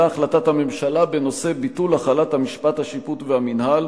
החלטת ממשלה בנושא ביטול החלת המשפט השיפוט והמינהל,